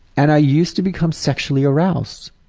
and i used to become sexually aroused.